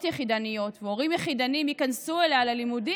יחידניות והורים יחידנים ייכנסו אליה ללימודים,